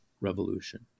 Revolution